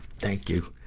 thank you.